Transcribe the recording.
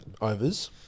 overs